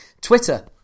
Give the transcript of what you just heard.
twitter